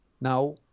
Now